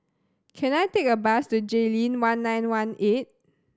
can I take a bus to Jayleen One Nine One Eight